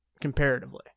comparatively